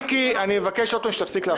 מיקי, אני מבקש עוד פעם שתפסיק להפריע.